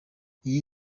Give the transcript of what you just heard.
iyi